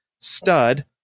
stud